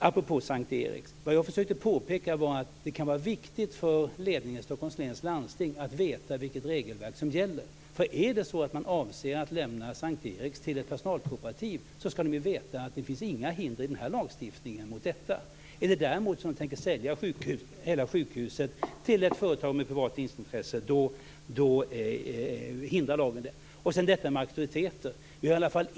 Apropå S:t Erik: Vad jag försökte påpeka var att det kan vara viktigt för ledningen i Stockholms läns landsting att veta vilket regelverk som gäller. Är det så att man avser att lämna S:t Eriks sjukhus till ett personalkooperativ ska man veta att det inte finns några hinder i den här lagstiftningen mot detta. Är det däremot så att man tänker sälja hela sjukhuset till ett företag med privat vinstintresse hindrar lagen det. Sedan vill jag säga något om detta med auktoriteten.